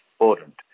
important